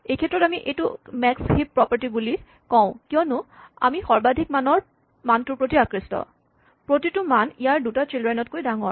এইক্ষেত্ৰত আমি এইটোক মেক্স হিপ প্ৰপাৰ্টী বুলি কওঁ কিয়নো আমি সৰ্বাধিক মানটোৰ প্ৰতি আকৃষ্ট প্ৰতিটো মান ইয়াৰ দুটা চিল্ড্ৰেন তকৈ ডাঙৰ